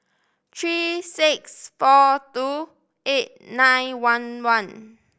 three six four two eight nine one one